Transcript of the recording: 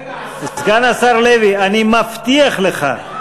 אני מבטיח לך,